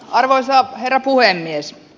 arvoisa herra puhemies